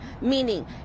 meaning